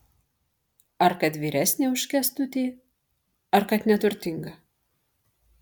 ar kad vyresnė už kęstutį ar kad neturtinga